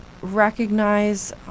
recognize